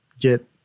get